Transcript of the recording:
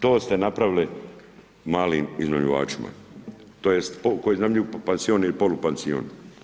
To ste napravili malim iznajmljivačima, tj. koji iznajmljuju pansion i polupansion.